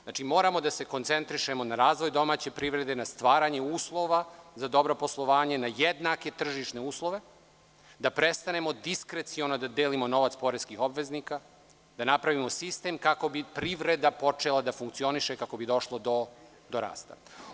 Znači, moramo da se skoncentrišemo na razvoj domaće privrede, na stvaranje uslova za dobro poslovanje, na jednake tržišne uslove, da prestanemo diskreciono da delimo novac poreskih obveznika, da napravimo sistem kako bi privreda počela da funkcioniše, kako bi došlo do rasta.